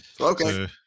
okay